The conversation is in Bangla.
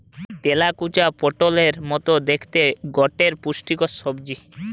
তেলাকুচা পটোলের মতো দ্যাখতে গটে পুষ্টিকর সবজি